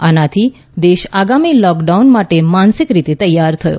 આનાથી દેશ આગામી લોકડાઉન માટે માનસિક રીતે તૈયાર થયો